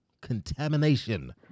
contamination